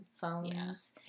phones